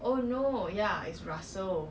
student EXCO EXCO things